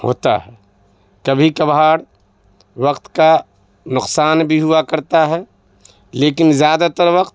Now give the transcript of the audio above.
ہوتا ہے کبھی کبھار وقت کا نقصان بھی ہوا کرتا ہے لیکن زیادہ تر وقت